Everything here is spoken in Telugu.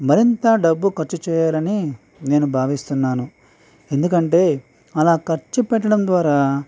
మరింత డబ్బు ఖర్చు చేయాలని నేను భావిస్తున్నాను ఎందుకంటే అలా ఖర్చు పెట్టడం ద్వారా